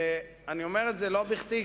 אני אומר את זה לא בכדי,